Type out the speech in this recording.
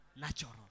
natural